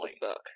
book